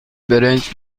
برنج